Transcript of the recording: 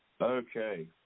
Okay